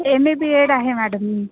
M A B Ed आहे madam मी